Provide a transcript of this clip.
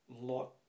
lot